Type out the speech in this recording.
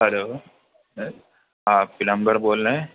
hello آپ plumber بول رہے ہیں